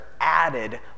added